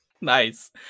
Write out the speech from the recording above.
Nice